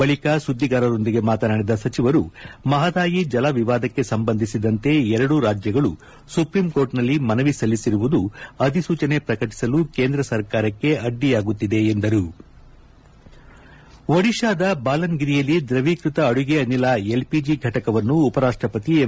ಬಳಿಕ ಸುದ್ದಿಗಾರರೊಂದಿಗೆ ಮಾತನಾಡಿದ ಸಚಿವರು ಮಹದಾಯಿ ಜಲ ವಿವಾದಕ್ಕೆ ಸಂಬಂಧಿಸಿದಂತೆ ಎರಡು ರಾಜ್ಗಳು ಸುಪ್ರೀಂ ಕೋರ್ಟ್ನಲ್ಲಿ ಮನವಿ ಸಲ್ಲಿಸಿರುವುದು ಅಧಿಸೂಚನೆ ಪ್ರಕಟಿಸಲು ಕೇಂದ್ರ ಸರ್ಕಾರಕ್ಕೆ ಅಡ್ಡಿಯಾಗುತ್ತಿದೆ ಎಂದರು ಒಡಿಶಾದ ಬಾಲನ್ಗಿರಿಯಲ್ಲಿ ದ್ರವೀಕೃತ ಅಡುಗೆ ಅನಿಲ ಎಲ್ಒಜಿ ಫಟಕವನ್ನು ಉಪರಾಷ್ಪಪತಿ ಎಂ